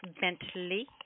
Bentley